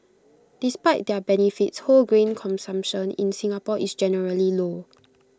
despite their benefits whole grain consumption in Singapore is generally low